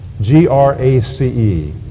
G-R-A-C-E